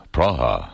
Praha